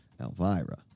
Elvira